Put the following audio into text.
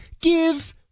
Give